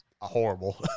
horrible